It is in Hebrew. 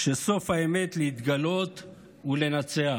שסוף האמת להתגלות ולנצח.